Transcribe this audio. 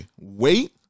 Wait